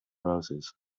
roses